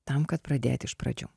tam kad pradėt iš pradžių